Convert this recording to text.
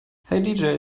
hey